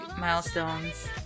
milestones